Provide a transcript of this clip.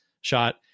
shot